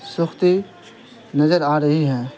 سوکھتی نظر آر ہی ہے